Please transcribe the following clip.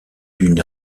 une